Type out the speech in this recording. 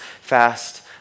fast